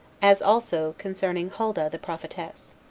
as also concerning huldah the prophetess.